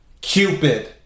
Cupid